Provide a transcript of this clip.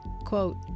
quote